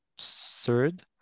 third